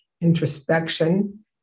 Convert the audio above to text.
Introspection